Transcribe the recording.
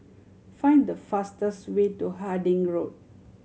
find the fastest way to Harding Road